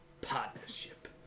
partnership